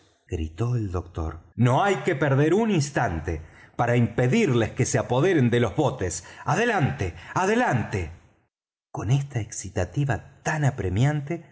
gritó el doctor no hay que perder un instante para impedirles que se apoderen de los botes adelante adelante con esta excitativa tan apremiante